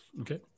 okay